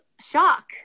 shock